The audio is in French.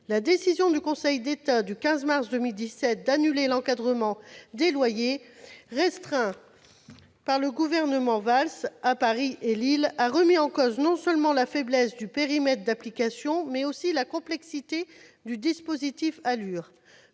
La décision du Conseil d'État du 15 mars 2017 d'annuler l'encadrement des loyers, restreint par le gouvernement Valls à Paris et à Lille, a mis en cause non seulement la faiblesse du périmètre d'application, mais aussi la complexité du dispositif ALUR,